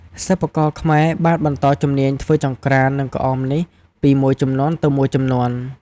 សិប្បករខ្មែរបានបន្តជំនាញធ្វើចង្ក្រាន និងក្អមនេះពីមួយជំនាន់ទៅមួយជំនាន់។